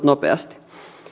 nopeasti